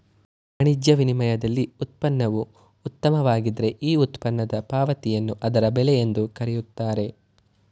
ವಾಣಿಜ್ಯ ವಿನಿಮಯದಲ್ಲಿ ಉತ್ಪನ್ನವು ಉತ್ತಮವಾಗಿದ್ದ್ರೆ ಈ ಉತ್ಪನ್ನದ ಪಾವತಿಯನ್ನು ಅದರ ಬೆಲೆ ಎಂದು ಕರೆಯುತ್ತಾರೆ